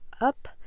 up